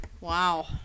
Wow